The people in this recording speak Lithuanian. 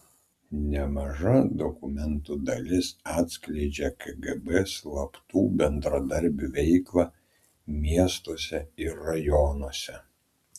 nemaža dokumentų dalis atskleidžia kgb slaptų bendradarbių veiklą miestuose ir rajonuose